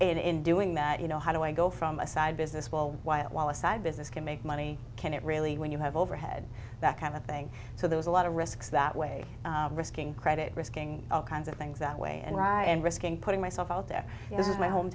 and in doing that you know how do i go from a side business well while a side business can make money can it really when you have overhead that kind of thing so there's a lot of risks that way risking credit risking all kinds of things that way and ride and risking putting myself out there and this is my